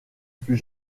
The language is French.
fut